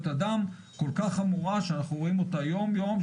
אדם כל כך החמורה שאנחנו רואים אותה יום-יום,